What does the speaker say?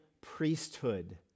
priesthood